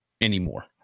anymore